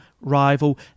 rival